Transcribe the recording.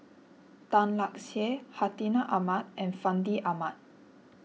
Tan Lark Sye Hartinah Ahmad and Fandi Ahmad